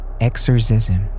exorcism